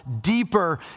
deeper